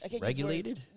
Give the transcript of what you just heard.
Regulated